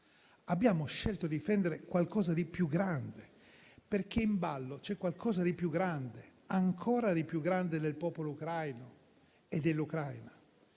abbiamo scelto di difendere qualcosa di più grande, perché in ballo c'è qualcosa di più grande, ancora di più grande del popolo ucraino e dell'Ucraina.